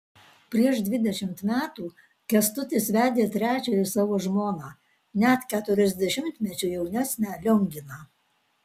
prieš dvidešimt metų kęstutis vedė trečiąją savo žmoną net keturiasdešimtmečiu jaunesnę lionginą